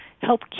help